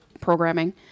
programming